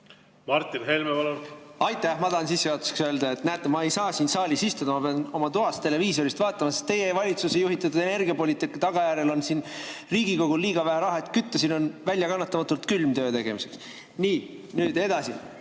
Martin Helme, palun! Aitäh! Ma tahan sissejuhatuseks öelda, et näete, ma ei saa siin saalis istuda, ma pean oma toas televiisorist vaatama, sest teie valitsuse juhitava energiapoliitika tagajärjel on Riigikogul liiga vähe raha, et kütta. Siin on väljakannatamatult külm töö tegemiseks. Nii, nüüd edasi.